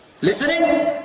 Listening